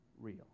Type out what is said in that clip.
real